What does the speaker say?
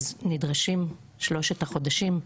אז נדרשים שלושת החודשים.